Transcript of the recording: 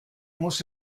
muss